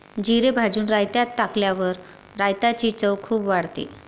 जिरे भाजून रायतात टाकल्यावर रायताची चव खूप वाढते